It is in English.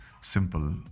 simple